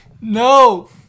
no